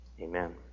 Amen